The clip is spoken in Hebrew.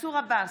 מנסור עבאס,